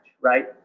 right